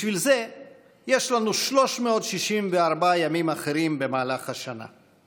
בשביל זה יש לנו 364 ימים אחרים במהלך השנה.